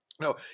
No